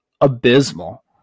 abysmal